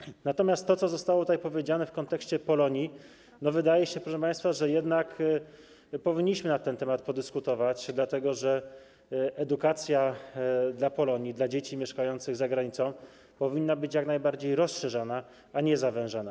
Natomiast jeżeli chodzi o to, co zostało tutaj powiedziane w kontekście Polonii, to wydaje się, proszę państwa, że jednak powinniśmy na ten temat podyskutować, dlatego że edukacja w przypadku Polonii, dzieci mieszkających za granicą, powinna być jak najbardziej rozszerzana, a nie zawężana.